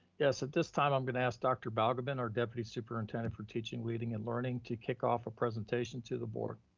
yes, at this time i'm gonna ask dr. balgobin, our deputy superintendent for teaching, leading and learning to kick off our presentation to the board.